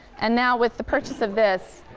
and now with the purchase of this,